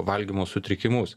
valgymo sutrikimus